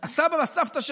הסבא והסבתא שלכם,